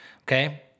Okay